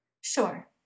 sure